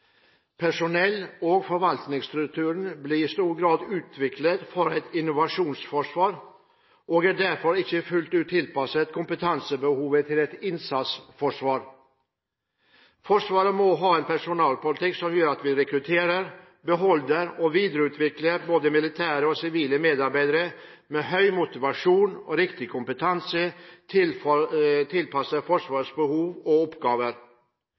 Personell og forvaltningsstrukturen blir i stor grad utviklet for et invasjonsforsvar og er derfor ikke fullt ut tilpasset kompetansebehovet til et innsatsforsvar. Forsvaret må ha en personalpolitikk som gjør at vi rekrutterer, beholder og videreutvikler både militære og sivile medarbeidere med høy motivasjon og riktig kompetanse tilpasset Forsvarets behov og oppgaver.